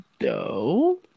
No